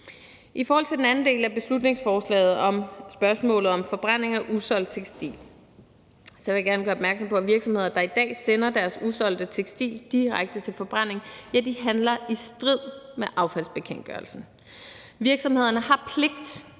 I forhold til den anden del af beslutningsforslaget med hensyn til forbrænding af usolgt tekstil vil jeg gerne gøre opmærksom på, at virksomheder, der i dag sender deres usolgte tekstil direkte til forbrænding, handler i strid med affaldsbekendtgørelsen. Virksomhederne har i